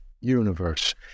universe